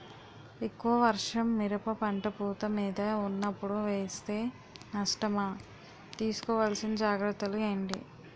ఎక్కువ వర్షం మిరప పంట పూత మీద వున్నపుడు వేస్తే నష్టమా? తీస్కో వలసిన జాగ్రత్తలు ఏంటి?